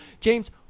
James